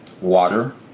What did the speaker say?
water